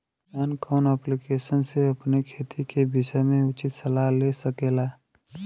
किसान कवन ऐप्लिकेशन से अपने खेती के विषय मे उचित सलाह ले सकेला?